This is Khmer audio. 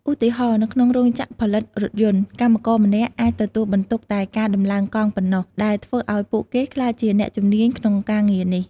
ឧទាហរណ៍ នៅក្នុងរោងចក្រផលិតរថយន្ត កម្មករម្នាក់អាចទទួលបន្ទុកតែការដំឡើងកង់ប៉ុណ្ណោះ ដែលធ្វើឱ្យពួកគេក្លាយជាអ្នកជំនាញក្នុងការងារនោះ។